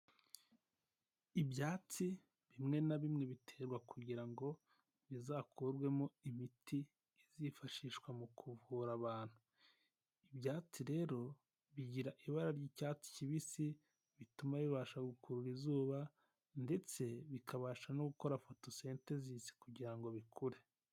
Ibyatsi bimwe na bimwe biterwa kugira ngo bizakurwemo imiti izifashishwa mu kuvura abantu. Ibyatsi rero bigira ibara ry'icyatsi kibisi, bituma bibasha gukurura izuba ndetse bikabasha no gukora Photosynthesis kugirango bikure.